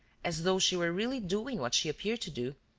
as though she were really doing what she appeared to do,